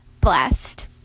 blessed